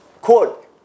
quote